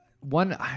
One